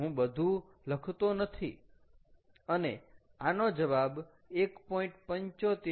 હું બધું લખતો નથી અને આનો જવાબ 1